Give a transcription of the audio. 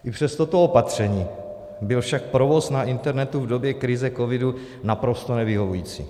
I přes toto opatření byl však provoz na internetu v době krize covidu naprosto nevyhovující.